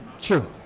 True